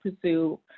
pursue